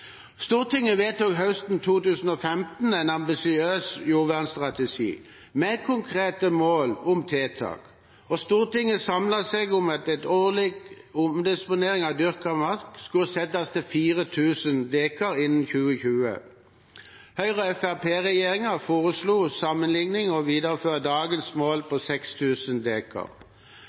Stortinget vedtok høsten 2015 en ambisiøs jordvernstrategi med konkrete mål og tiltak. Stortinget samlet seg om at årlig mål for omdisponering av dyrket mark skulle settes til 4 000 dekar innen 2020. Høyre–Fremskrittsparti-regjeringen foreslo til sammenligning å videreføre dagens mål på